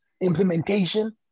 implementation